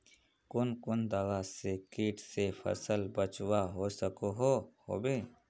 कुन कुन दवा से किट से फसल बचवा सकोहो होबे?